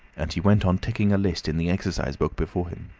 and he went on ticking a list in the exercise book before him.